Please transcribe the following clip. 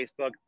Facebook